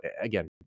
again